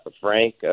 Frank